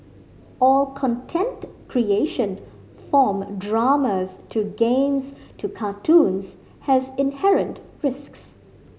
all content creation from dramas to games to cartoons has inherent risks